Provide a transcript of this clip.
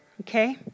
okay